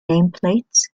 nameplates